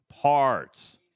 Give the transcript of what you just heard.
Parts